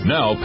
Now